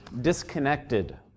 disconnected